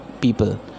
people